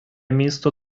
місто